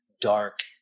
dark